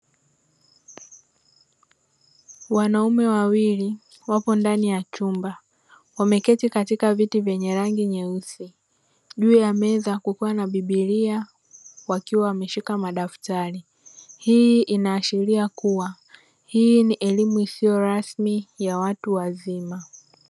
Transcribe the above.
Wanaume wawili wapo ndani ya chumba wameketi katika viti vyenye rangi nyeusi juu ya meza kukiwa na biblia wakiwa wameshika madaftari. Hii inaashiria kuwa hii ni elimu isiyo rasmi ya watu wazima.